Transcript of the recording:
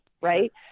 Right